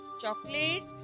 chocolates